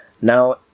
now